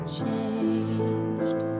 changed